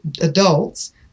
adults